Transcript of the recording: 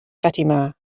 fatima